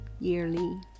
yearly